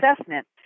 assessment